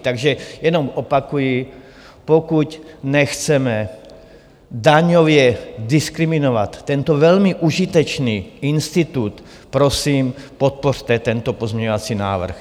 Takže jenom opakuji, pokud nechceme daňově diskriminovat tento velmi užitečný institut, prosím, podpořte tento pozměňovací návrh.